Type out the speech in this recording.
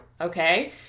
Okay